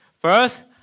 First